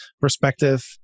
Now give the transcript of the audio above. perspective